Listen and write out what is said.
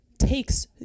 takes